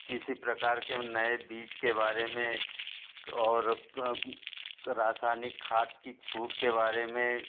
किसी प्रकार के नए बीज के बारे में और रासायनिक खाद की छूट के बारे में